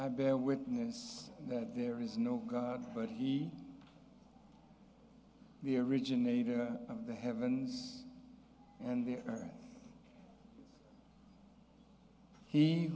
i bear witness that there is no god but he the originator of the heaven and we are he